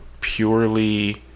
purely